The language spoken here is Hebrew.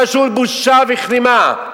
פשוט בושה וכלימה.